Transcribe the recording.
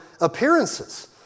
appearances